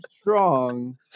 strong